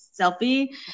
selfie